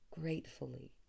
gratefully